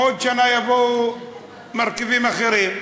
בעוד שנה יבואו מרכיבים אחרים,